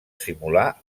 simular